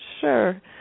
Sure